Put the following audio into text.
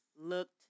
looked